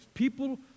People